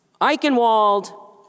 Eichenwald